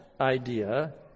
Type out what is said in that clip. idea